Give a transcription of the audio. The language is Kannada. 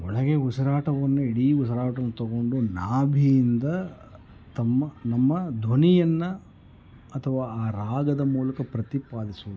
ಒಳಗೆ ಉಸಿರಾಟವನ್ನು ಇಡೀ ಉಸಿರಾಟವನ್ನು ತಗೊಂಡು ನಾಭಿಯಿಂದ ತಮ್ಮ ನಮ್ಮ ಧ್ವನಿಯನ್ನು ಅಥವಾ ಆ ರಾಗದ ಮೂಲಕ ಪ್ರತಿಪಾದಿಸುವುದು